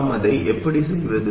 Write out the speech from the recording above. நாம் அதை எப்படி செய்வது